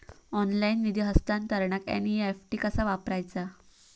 Online निधी हस्तांतरणाक NEFT कसा वापरायचा?